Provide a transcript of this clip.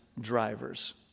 drivers